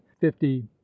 fifty